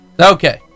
Okay